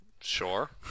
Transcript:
Sure